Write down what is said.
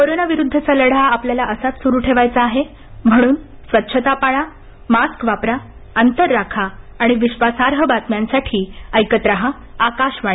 कोरोनाविरुद्धचा लढा आपल्याला असाच सुरू ठेवायचा आहे म्हणून स्वच्छता पाळा मास्क वापरा अंतर राखा आणि विश्वासार्ह बातम्यांसाठी ऐकत राहा आकाशवाणी